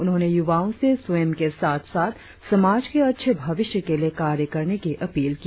उन्होंने युवाओं से स्वयं के साथ साथ समाज के अच्छे भविष्य के लिए कार्य करने की अपील की